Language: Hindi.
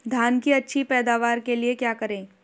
धान की अच्छी पैदावार के लिए क्या करें?